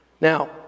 Now